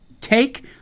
take